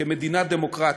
כמדינה דמוקרטית,